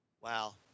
Wow